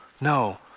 no